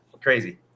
Crazy